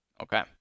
Okay